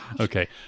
Okay